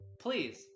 please